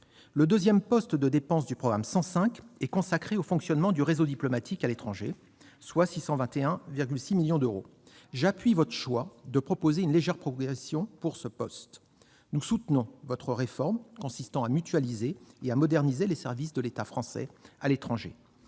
Le deuxième poste de dépenses du programme 105 est consacré au fonctionnement du réseau diplomatique à l'étranger, soit 621,6 millions d'euros. J'appuie votre choix de proposer une légère progression pour ce poste. Nous soutenons votre réforme consistant à mutualiser et à moderniser les services de l'État français à l'étranger.